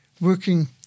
working